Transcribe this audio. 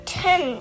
ten